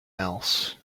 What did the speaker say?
else